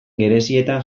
gerizetan